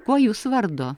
kuo jūs vardu